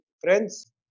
friends